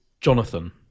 Jonathan